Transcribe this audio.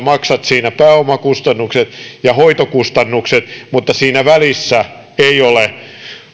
maksat siinä pääomakustannukset ja hoitokustannukset mutta siinä välissä ei ole